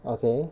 okay